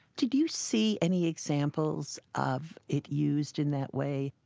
did you see any examples of it used in that way?